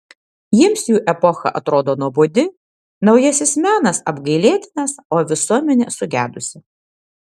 jiems jų epocha atrodo nuobodi naujasis menas apgailėtinas o visuomenė sugedusi